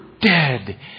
dead